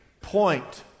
point